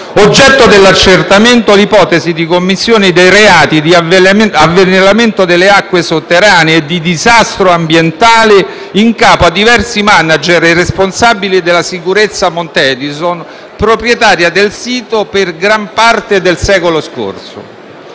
Oggetto dell'accertamento l'ipotesi di commissione dei reati di avvelenamento delle acque sotterranee e di disastro ambientale in capo a diversi *manager* e responsabili della sicurezza Montedison, proprietaria del sito per gran parte del secolo scorso.